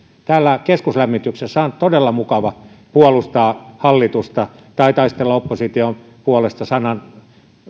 täällä keskuslämmityksessä on todella mukava puolustaa hallitusta tai taistella opposition puolesta sanan